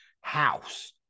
house